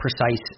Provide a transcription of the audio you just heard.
precise